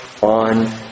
on